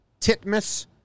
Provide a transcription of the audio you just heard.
Titmus